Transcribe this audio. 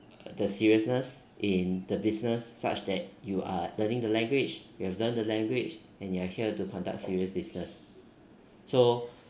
the seriousness in the business such that you are learning the language you have done the language and you are here to conduct serious business so